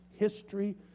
history